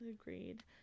Agreed